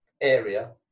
area